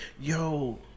Yo